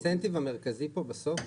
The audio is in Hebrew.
האינסנטיב המרכזי פה בסוף,